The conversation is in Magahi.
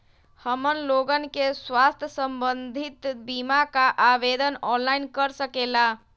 हमन लोगन के स्वास्थ्य संबंधित बिमा का आवेदन ऑनलाइन कर सकेला?